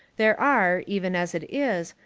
there are, even as it is,